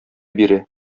бирә